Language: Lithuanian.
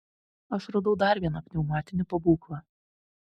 aš radau dar vieną pneumatinį pabūklą